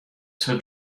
two